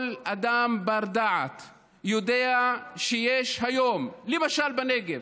כל אדם בר-דעת יודע שיש היום, למשל בנגב,